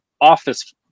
office